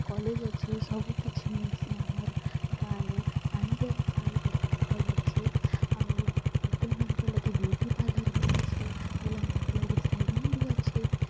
college ଅଛେ ସବୁକିଛି ମିଲ୍ସି ଆମର୍ ଗାଁନେ ପାଣି ବ୍ୟବସ୍ଥା ବି ବହୁତ ଭଲ୍ ଅଛି ଆଉ ଟୁକେଲ୍ମାନଙ୍କ ଲାଗି ବିୟୁଟିପାର୍ଲର୍ ବି ଅଛି ପିଲାମାନଙ୍କ ଲାଗି ସେଲୁନ୍ ବି ଅଛେ